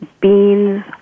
beans